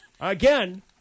Again